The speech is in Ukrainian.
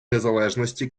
незалежності